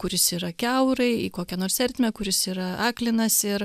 kuris yra kiaurai į kokią nors ertmę kuris yra aklinas ir